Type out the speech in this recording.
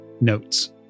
notes